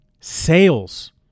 sales